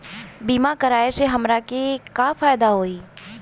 बीमा कराए से हमरा के का फायदा होई?